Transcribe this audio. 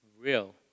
real